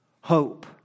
hope